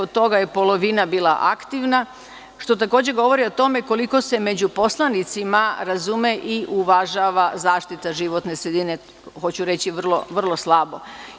Od toga je polovina bila aktivna, što takođe govori o tome koliko se među poslanicima razume i uvažava zaštita životne sredine, hoću reći, vrlo slabo.